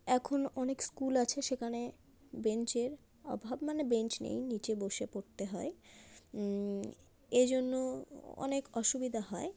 এখন অনেক স্কুল আছে সেখানে বেঞ্চের অভাব মানে বেঞ্চ নেই নিচে বসে পড়তে হয় এই জন্য অনেক অসুবিধা হয়